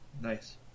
Nice